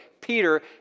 Peter